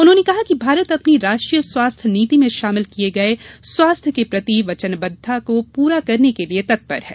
उन्होंने कहा कि भारत अपनी राष्ट्रीय स्वास्थ्य नीति में शामिल किये गये स्वास्थ्य के प्रति वचनबद्धता को पूरा करने के लिए तत्पर है